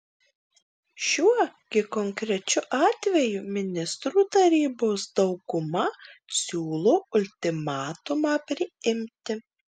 šiuo gi konkrečiu atveju ministrų tarybos dauguma siūlo ultimatumą priimti